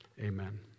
amen